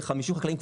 כ-50 חקלאים,